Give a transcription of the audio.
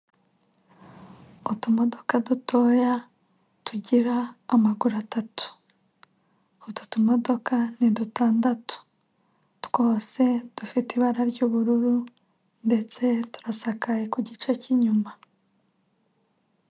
Utumodoka dutoya tugira amaguru atatu, utu tumodoka ni dutandatu twose dufite ibara ry'ubururu ndetse turasakaye ku gice cy'inyuma.